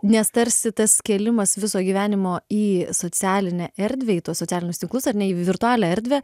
nes tarsi tas kėlimas viso gyvenimo į socialinę erdvę į tuos socialinius tinklus ar ne į virtualią erdvę